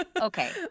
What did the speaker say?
Okay